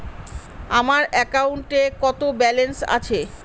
আমার অ্যাকাউন্টে কত ব্যালেন্স আছে?